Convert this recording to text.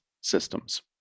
systems